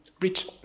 reach